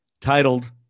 titled